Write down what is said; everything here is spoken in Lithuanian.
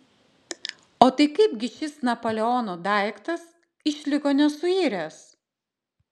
o tai kaip gi šis napoleono daiktas išliko nesuiręs